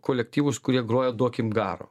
kolektyvus kurie groja duokim garo